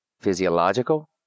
physiological